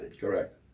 Correct